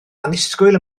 annisgwyl